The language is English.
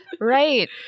right